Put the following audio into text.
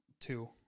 Two